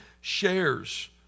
shares